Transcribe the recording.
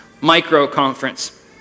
micro-conference